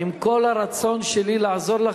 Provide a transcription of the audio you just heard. עם כל הרצון שלי לעזור לך,